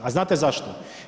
A znate zašto?